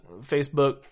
Facebook